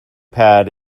pad